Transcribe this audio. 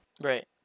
right